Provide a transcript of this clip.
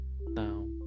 Now